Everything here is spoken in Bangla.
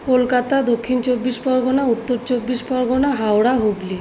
কলকাতা দক্ষিণ চব্বিশ পরগনা উত্তর চব্বিশ পরগনা হাওড়া হুগলি